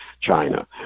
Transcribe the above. china